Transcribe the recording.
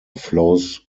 flows